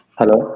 Hello